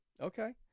Okay